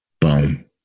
Boom